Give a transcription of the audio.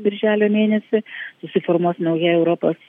birželio mėnesį susiformuos nauja europos